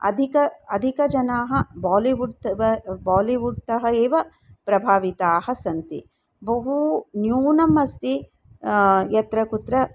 अधिकाः अधिकजनाः बालिवुड् तः बालिवुड् तः एव प्रभाविताः सन्ति बहु न्यूनम् अस्ति यत्र कुत्र